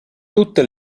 tutte